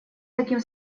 таким